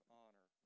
honor